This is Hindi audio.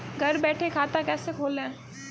घर बैठे खाता कैसे खोलें?